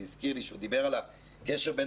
זה הזכיר לי שהוא דיבר על הקשר בין